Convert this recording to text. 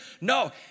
No